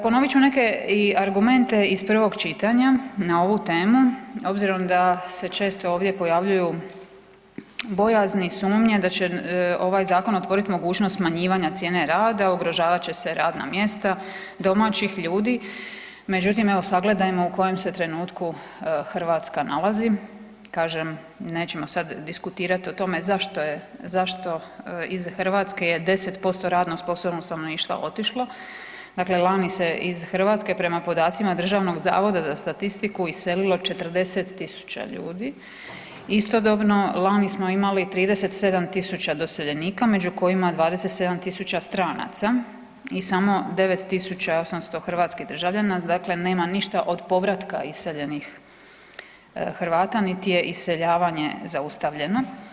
Ponovit ću neke i argumente iz prvo čitanja na ovu temu, obzirom da se često ovdje pojavljuju bojazni, sumnje da će ovaj zakon otvoriti mogućnost smanjivanja cijene rada, ugrožavat će se radna mjesta domaćih ljudi, međutim evo sagledajmo u kojem se trenutku Hrvatska nalazi, kažem, nećemo sad diskutirati zašto iz Hrvatske je 10% radno sposobno stanovništva otišlo, dakle lani se iz Hrvatske prema podacima DZS-a iselilo 40 000 ljudi, istodobno, lani smo imali 37 000 doseljenika među kojima 27 000 stranaca i samo 9800 hrvatskih državljana, dakle nema ništa od povratka iseljenih Hrvata nit je iseljavanje zaustavljeno.